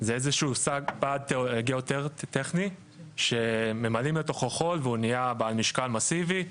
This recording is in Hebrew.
זה איזשהו בד גאו טכני שממלאים לתוכו חול והוא נהיה בעל משקל מאסיבי.